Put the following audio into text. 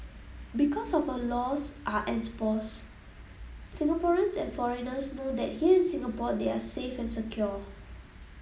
because of our laws are enforced Singaporeans and foreigners know that here in Singapore they are safe and secure